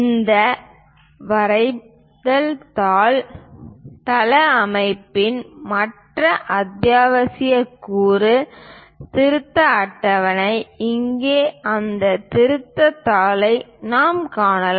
இந்த வரைதல் தாள் தளவமைப்பின் மற்ற அத்தியாவசிய கூறு திருத்த அட்டவணை இங்கே அந்த திருத்த தாளை நாம் காணலாம்